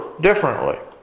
differently